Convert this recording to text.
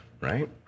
right